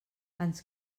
ens